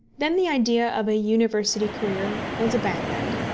then the idea of a university career was abandoned.